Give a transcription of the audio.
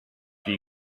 wie